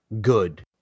good